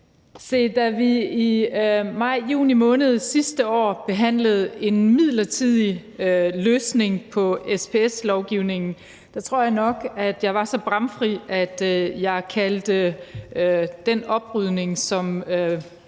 Da vi i maj-juni måned sidste år behandlede en midlertidig løsning på SPS-lovgivningen, tror jeg nok jeg var så bramfri, at jeg kaldte den oprydning, som